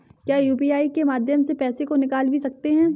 क्या यू.पी.आई के माध्यम से पैसे को निकाल भी सकते हैं?